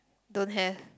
don't have